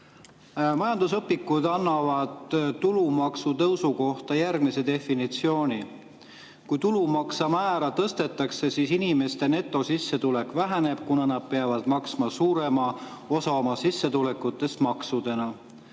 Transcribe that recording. Majandusõpikud annavad tulumaksutõusu kohta järgmise definitsiooni. Kui tulumaksu määra tõstetakse, siis inimeste netosissetulek väheneb, kuna nad peavad maksma suurema osa oma sissetulekutest maksudena.